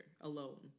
alone